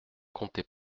comptez